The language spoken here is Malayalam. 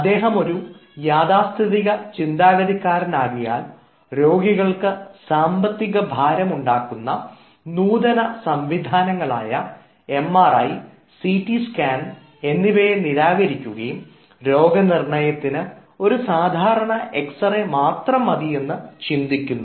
അദ്ദേഹം ഒരു യാഥാസ്ഥിതിക ചിന്താഗതിക്കാരൻ ആകയാൽ രോഗികൾക്ക് സാമ്പത്തിക ഭാരം ഉണ്ടാക്കുന്ന നൂതന സംവിധാനങ്ങളായ M R I MRI C T scan എന്നിവയെ നിരാകരിക്കുകയും രോഗനിർണ്ണയത്തിന് ഒരു സാധാരണ എക്സ് റേ മാത്രം മതി എന്ന് ചിന്തിക്കുന്നു